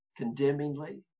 condemningly